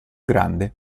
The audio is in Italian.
grande